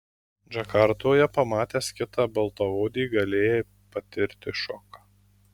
džakartoje pamatęs kitą baltaodį galėjai patirti šoką